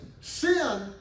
sin